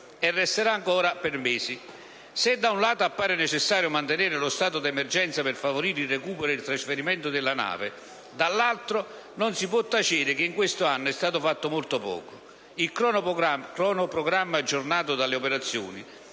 e resterà lì ancora per mesi. Se da un lato appare necessario mantenere lo stato d'emergenza per favorire il recupero e il trasferimento della nave, dall'altro non si può tacere che in questo anno è stato fatto molto poco. Il cronoprogramma aggiornato delle operazioni